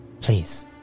Please